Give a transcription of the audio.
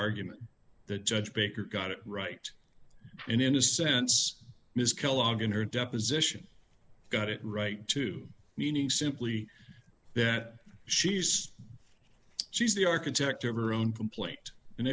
argument that judge baker got it right and in a sense ms kellogg in her deposition got it right to meaning simply that she's she's the architect of her own complaint and